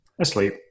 asleep